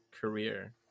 career